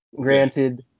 Granted